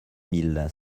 mille